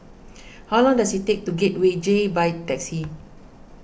how long does it take to Gateway J by taxi